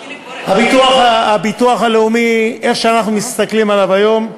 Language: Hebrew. הביטוח הלאומי, איך שאנחנו מסתכלים עליו היום,